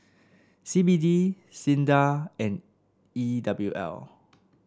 C B D SINDA and E W L